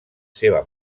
seva